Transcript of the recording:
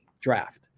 draft